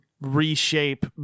reshape